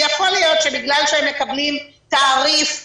שיכול להיות שבגלל שהם מקבלים תעריף חודשי,